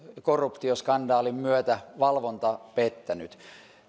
korruptioskandaalin myötä valvonta pettänyt